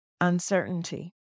uncertainty